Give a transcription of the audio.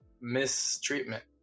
mistreatment